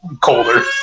colder